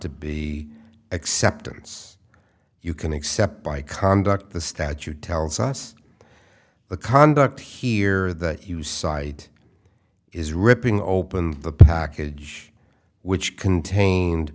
to be acceptance you can accept by conduct the statute tells us the conduct here that you cite is ripping open the package which contained